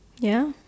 ya